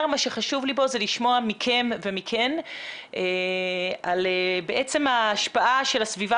מה שחשוב לי זה לשמוע מכם ומכן על ההשפעה של הסביבה